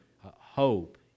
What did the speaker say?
hope